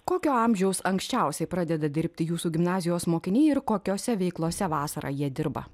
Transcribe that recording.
kokio amžiaus anksčiausiai pradeda dirbti jūsų gimnazijos mokiniai ir kokiose veiklose vasarą jie dirba